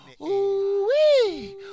Ooh-wee